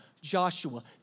Joshua